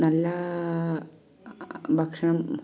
നല്ല ഭക്ഷണം